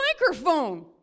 microphone